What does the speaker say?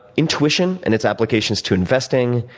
intuition and its applications to investing,